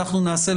ואנחנו נעשה,